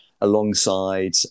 alongside